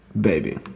baby